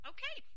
Okay